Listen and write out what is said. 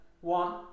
one